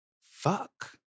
Fuck